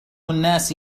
الناس